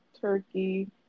Turkey